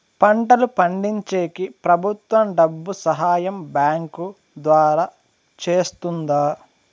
పంటలు పండించేకి ప్రభుత్వం డబ్బు సహాయం బ్యాంకు ద్వారా చేస్తుందా?